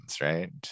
right